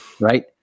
right